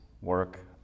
work